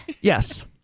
Yes